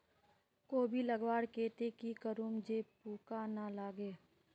कोबी लगवार केते की करूम जे पूका ना लागे?